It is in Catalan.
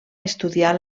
estudiar